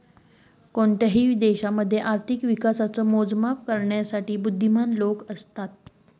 कोणत्याही देशामध्ये आर्थिक विकासाच मोजमाप करण्यासाठी बुध्दीमान लोक असतात